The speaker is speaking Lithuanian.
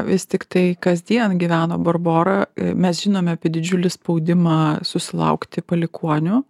vis tiktai kasdien gyveno barbora mes žinome apie didžiulį spaudimą susilaukti palikuonių